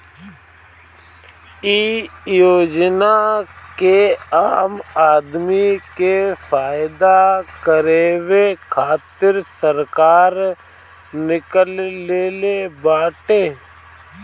इ योजना के आम आदमी के फायदा करावे खातिर सरकार निकलले बाटे